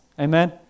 Amen